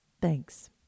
Thanks